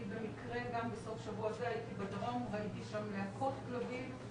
אני במקרה גם בסוף השבוע הזה הייתי בדרום ראיתי שם להקות כלבים.